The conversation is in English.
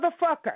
motherfucker